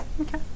Okay